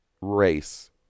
race